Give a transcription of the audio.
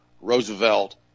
Roosevelt